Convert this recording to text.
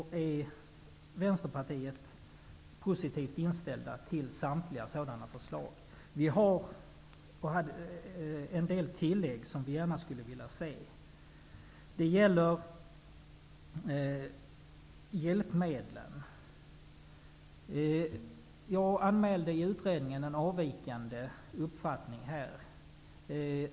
Vänsterpartiet är positivt inställt till samtliga förslag i betänkandet. Vi skulle dock gärna ha velat göra en del tillägg när det gäller hjälpmedlen. Jag anmälde en avvikande uppfattning i utredningen.